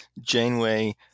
Janeway